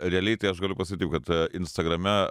realiai tai aš galiu pasakyt taip kad instagrame